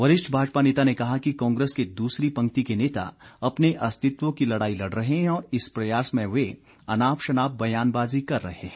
वरिष्ठ भाजपा नेता ने कहा कि कांग्रेस के दूसरी पंक्ति के नेता अपने अस्तित्व की लड़ाई लड़ रहे हैं और इस प्रयास में वे अनाप शनाप बयानबाजी कर रहे हैं